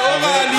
לנוכח העלייה,